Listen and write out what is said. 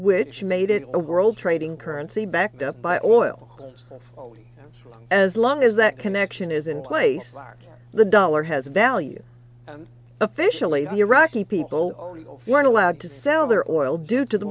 which made it world trading currency backed up by oil as long as that connection is in place the dollar has value officially the iraqi people weren't allowed to sell their oil due to the